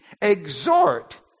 exhort